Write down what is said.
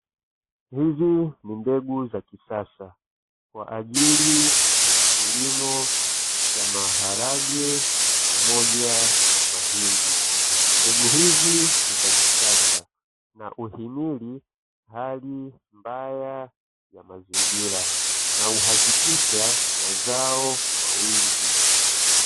hizi ni mbegu za kisasa kwaajili ya kilimo cha maharage pamoja na mahindi, mbegu hizi ni za kisasa na uhimili hali mbaya ya mazingira na uhakikisha mazao kwa wingi